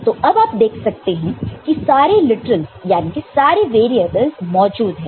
तो अब आप देख सकते हैं कि सारे लिटरलस यानी कि सारे वेरिएबल मौजूद है